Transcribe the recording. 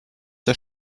der